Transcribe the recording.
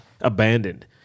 abandoned